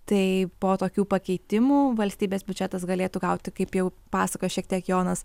tai po tokių pakeitimų valstybės biudžetas galėtų gauti kaip jau pasakojo šiek tiek jonas